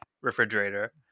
refrigerator